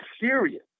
serious